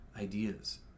ideas